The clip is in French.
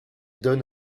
donne